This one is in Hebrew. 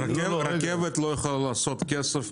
רכבת לא יכולה לעשות כסף,